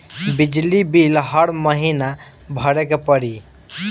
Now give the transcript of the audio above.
बिजली बिल हर महीना भरे के पड़ी?